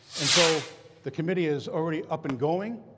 and so the committee is already up and going.